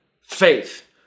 faith